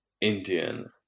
indian